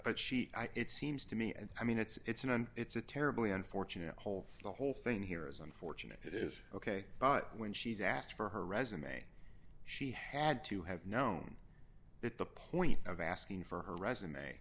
but she it seems to me and i mean it's an and it's a terribly unfortunate whole the whole thing here is unfortunate it is ok but when she's asked for her resume she had to have known that the point of asking for her resume